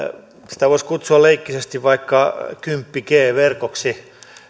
sitä voisi kutsua leikkisästi vaikka kymmenen g verkoksi